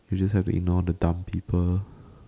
you just have to ignore the dumb people